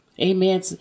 Amen